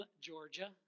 Georgia